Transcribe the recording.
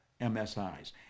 MSIs